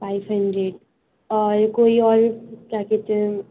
five hundred اور کوئی اور کیا کہتے ہیں